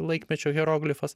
laikmečio hieroglifas